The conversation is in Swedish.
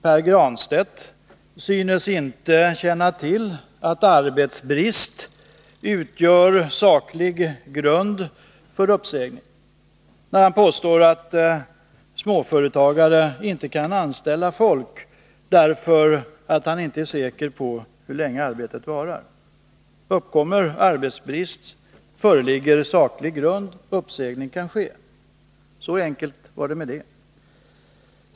Pär Granstedt synes inte känna till att arbetsbrist utgör saklig grund för uppsägning. Han påstår att småföretagare inte kan anställa folk därför att de inte är säkra på hur länge arbetet varar. Uppkommer arbetsbrist, föreligger saklig grund och uppsägning kan ske. Så enkelt var det med det.